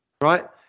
right